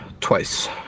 twice